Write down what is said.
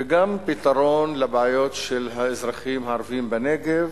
וגם פתרון לבעיות של האזרחים הערבים בנגב,